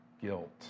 guilt